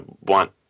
want